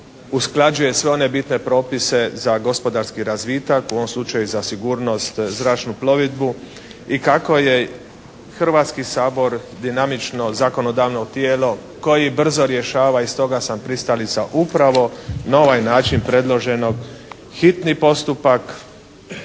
usklađuje sve one bitne propise za gospodarski razvitak, u ovom slučaju za sigurnost i zračnu plovidbu i kako je Hrvatski sabor dinamično zakonodavno tijelo koji brzo rješava. I stoga sam pristalica upravo na ovaj način predloženog, hitni postupak,